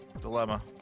Dilemma